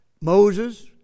Moses